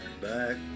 back